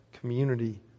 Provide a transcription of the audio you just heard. Community